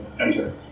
enter